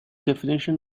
definition